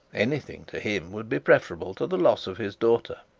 anything to him would be preferable to the loss of his daughter.